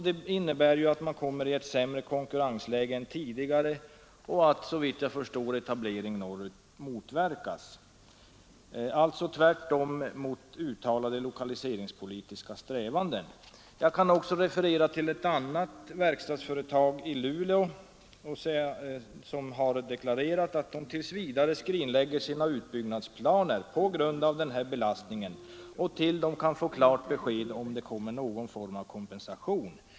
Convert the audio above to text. Det innebär ju att man kommer i sämre konkurrensläge än tidigare och att, såvitt jag förstår, etablering norrut motverkas — alltså tvärtemot uttalade lokaliseringspolitiska strävanden. Jag kan också referera till ett annat verkstadsföretag i Luleå som har deklarerat att det tills vidare skrinlägger sina utbyggnadsplaner på grund av den här belastningen till dess företaget kan få klart besked om det kommer någon form av kompensation.